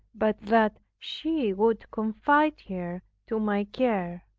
but that she would confide her to my care.